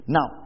Now